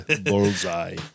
Bullseye